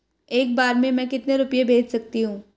एक बार में मैं कितने रुपये भेज सकती हूँ?